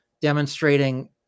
demonstrating